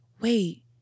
wait